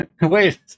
Wait